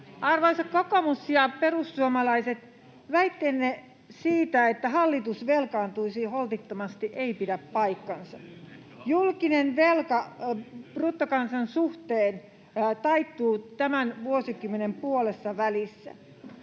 Arvoisat kokoomus ja perussuomalaiset, väitteenne siitä, että hallitus velkaantuisi holtittomasti, ei pidä paikkaansa. Julkinen velka suhteessa bruttokansantuotteeseen taittuu tämän vuosikymmenen puolessavälissä.